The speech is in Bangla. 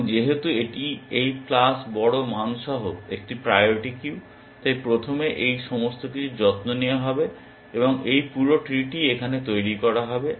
এবং যেহেতু এটি এই প্লাস বড় মান সহ একটি প্রায়োরিটি কিউ তাই প্রথমে এই সমস্ত কিছুর যত্ন নেওয়া হবে এবং এই পুরো ট্রি টি এখানে তৈরি করা হবে